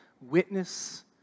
witness